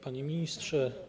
Panie Ministrze!